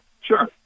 Sure